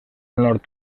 nord